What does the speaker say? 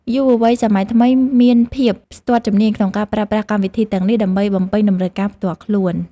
យុវវ័យសម័យថ្មីមានភាពស្ទាត់ជំនាញក្នុងការប្រើប្រាស់កម្មវិធីទាំងនេះដើម្បីបំពេញតម្រូវការផ្ទាល់ខ្លួន។